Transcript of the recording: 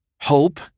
hope